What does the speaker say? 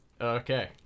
Okay